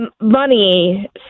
money